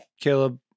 Caleb